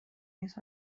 نیست